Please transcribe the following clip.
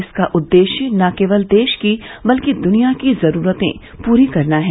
इसका उद्देश्य न केवल देश की बल्कि दुनिया की ज़रूरते पूरी करना है